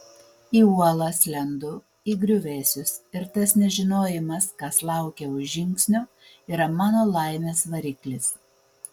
į uolas lendu į griuvėsius ir tas nežinojimas kas laukia už žingsnio yra mano laimės variklis